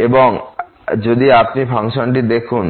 সুতরাং যদি আপনি ফাংশনটি দেখুন